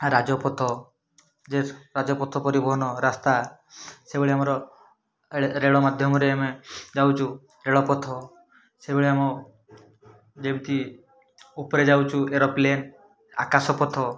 ରାଜପଥ ଯେ ରାଜପଥ ପରି ଭବନ ରାସ୍ତା ସେଭଳି ଆମର ରେଳ ରେଳମାଧ୍ୟମରେ ଆମେ ଯାଉଛୁ ରେଳପଥ ସେଭଳି ଆମ ଯେମିତି ଉପରେ ଯାଉଛୁ ଏରୋପ୍ଳେନ୍ ଆକାଶପଥ